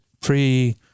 pre